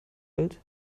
hält